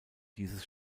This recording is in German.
dieses